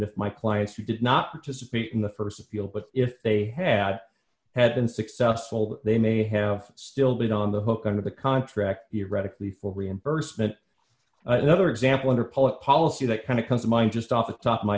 if my client's who did not to speak in the st appeal but if they had had been successful they may have still been on the hook under the contract to radically for reimbursement another example under public policy that kind of comes to mind just off the top of my